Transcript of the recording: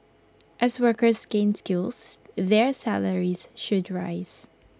as workers gain skills their salaries should rise